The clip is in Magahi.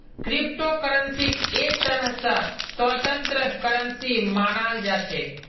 क्रिप्टो करन्सीक एक तरह स स्वतन्त्र करन्सी मानाल जा छेक